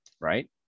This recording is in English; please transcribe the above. right